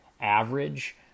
average